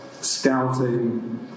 scouting